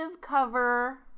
cover